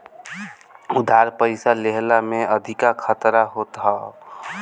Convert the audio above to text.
उधार पईसा लेहला में अधिका खतरा होत हअ